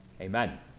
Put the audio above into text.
Amen